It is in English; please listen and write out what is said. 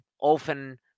often